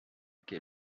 que